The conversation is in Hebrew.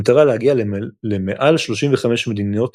במטרה להגיע למעל 35 מדינות